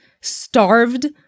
starved